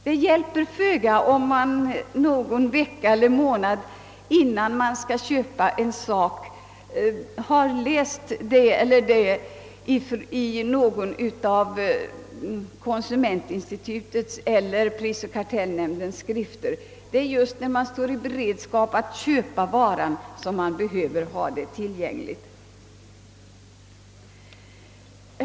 Det hjälper föga om man någon vecka eller månad innan man skall köpa en sak har läst det eller det i någon av konsumentinstitutets eller prisoch kartellnämndens skrifter. Det är just när man står i beredskap att köpa varan som man behöver hjälp.